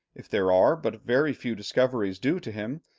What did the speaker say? if there are but very few discoveries due to him,